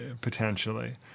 potentially